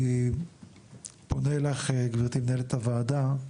אני פונה אליכם גברתי, מנהלת הוועדה,